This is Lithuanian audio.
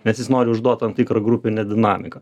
nes jis nori užduot tam tikrą grupinę dinamiką